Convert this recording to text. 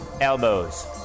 elbows